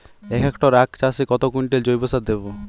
এক হেক্টরে আখ চাষে কত কুইন্টাল জৈবসার দেবো?